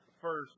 first